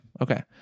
okay